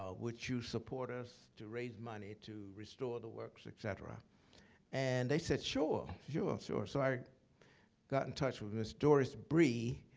ah would you support us, to raise money to restore the works, et cetera? and they said, sure, sure. so i got in touch with ms. doris bry,